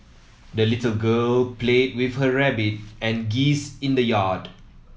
the little girl played with her rabbit and geese in the yard